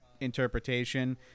interpretation